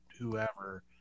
whoever